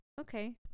Okay